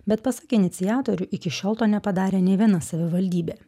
bet pasak iniciatorių iki šiol to nepadarė nė viena savivaldybė